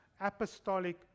apostolic